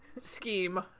Scheme